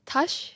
Touch